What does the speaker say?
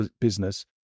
business